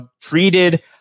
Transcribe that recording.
treated